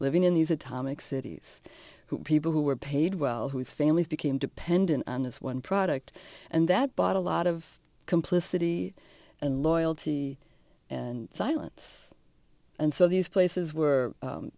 living in these atomic cities who people who were paid well whose families became dependent on this one product and that bought a lot of complicity and loyalty and silence and so these places were